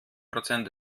prozent